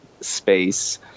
space